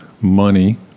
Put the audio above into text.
money